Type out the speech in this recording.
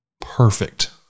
perfect